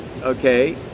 okay